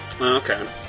Okay